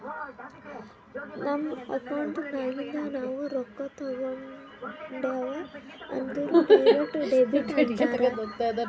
ನಮ್ ಅಕೌಂಟ್ ನಾಗಿಂದ್ ನಾವು ರೊಕ್ಕಾ ತೇಕೊಂಡ್ಯಾವ್ ಅಂದುರ್ ಡೈರೆಕ್ಟ್ ಡೆಬಿಟ್ ಅಂತಾರ್